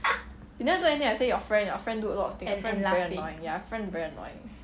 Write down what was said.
you never do anything I say your friend your friend do a lot of thing and very annoying ya your friend very annoying